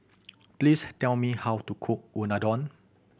please tell me how to cook Unadon